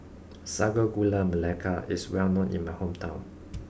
Sago Gula Melaka is well known in my hometown